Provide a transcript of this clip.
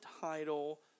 title